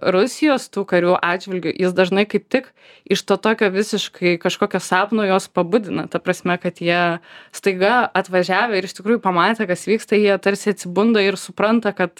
rusijos tų karių atžvilgiu jis dažnai kaip tik iš to tokio visiškai kažkokio sapno juos pabudina ta prasme kad jie staiga atvažiavę ir iš tikrųjų pamatę kas vyksta jie tarsi atsibunda ir supranta kad